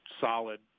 solid